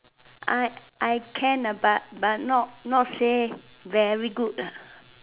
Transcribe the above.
I I can but but not say very good